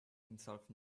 himself